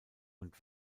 und